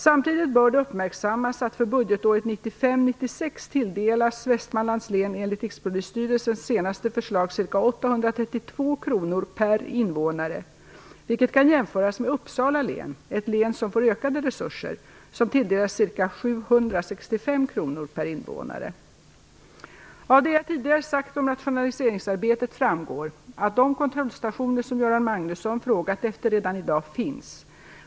Samtidigt bör det uppmärksammas, att för budgetåret 1995/96 tilldelas Västmanlands län enligt Rikspolisstyrelsens senaste förslag ca 832 kr per invånare, vilket kan jämföras med Uppsala län - ett län som får ökade resurser - som tilldelas ca 765 kr per invånare. Av det jag tidigare sagt om rationaliseringsarbetet framgår att de kontrollstationer som Göran Magnusson frågat efter redan i dag finns.